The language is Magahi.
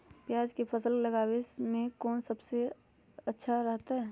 प्याज के फसल लगावे में कौन मौसम सबसे अच्छा रहतय?